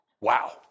Wow